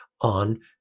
on